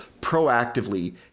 proactively